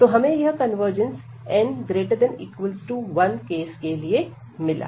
तो हमें यह कन्वर्जेंस n≥1 केस के लिए मिला